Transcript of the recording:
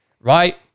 right